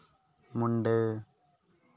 ᱢᱩᱱᱰᱟᱹ